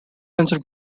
answer